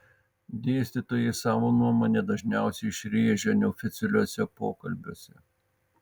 dėstytojai savo nuomonę dažniausiai išrėžia neoficialiuose pokalbiuose